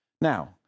Now